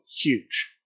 huge